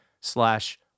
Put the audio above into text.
slash